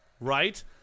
Right